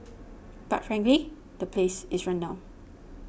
but frankly the place is run down